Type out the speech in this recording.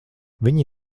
viņi